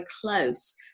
close